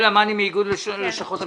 איגוד לשכות המסחר.